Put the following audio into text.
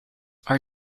are